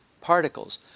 particles